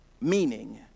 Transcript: meaning